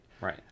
Right